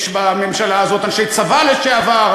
יש בממשלה הזאת אנשי צבא לשעבר,